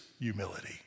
humility